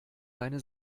deine